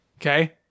Okay